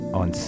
on